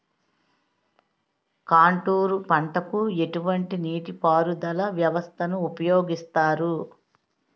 Contour పంటకు ఎటువంటి నీటిపారుదల వ్యవస్థను ఉపయోగిస్తారు?